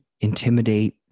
intimidate